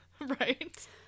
Right